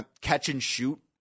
catch-and-shoot